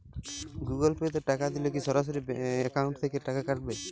Google pay তে টাকা দিলে কি সরাসরি অ্যাকাউন্ট থেকে টাকা কাটাবে?